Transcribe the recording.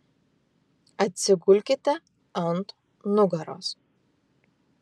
atsigulkite ant nugaros